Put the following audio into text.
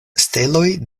steloj